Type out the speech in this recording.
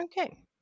Okay